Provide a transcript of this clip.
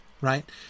right